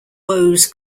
woes